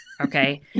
Okay